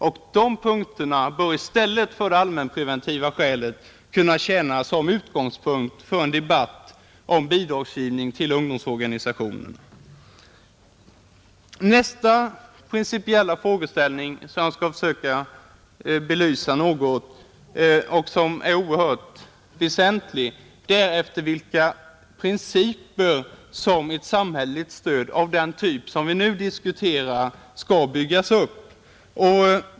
Dessa punkter bör i stället för det allmänpreventiva skälet kunna tjäna som utgångspunkt för en debatt om bidragsgivning till ungdomsorganisationerna, Nästa principiella frågeställning som jag skall försöka något belysa och som är oerhört väsentlig är efter vilka principer som ett samhälleligt stöd av den typ som vi nu diskuterar skall byggas upp.